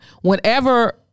whenever